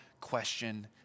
question